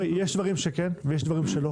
יש דברים שכן ויש דברים שלא.